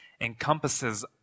encompasses